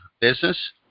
business